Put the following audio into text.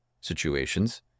situations